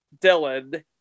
Dylan